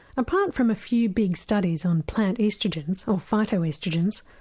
apart from a few big studies on plant oestrogens, or phyto oestrogens,